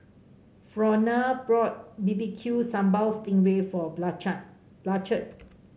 Fronia bought B B Q Sambal Sting Ray for Blanchard